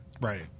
right